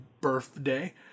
birthday